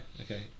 Okay